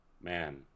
man